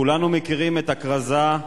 כולנו מכירים את הכרזה: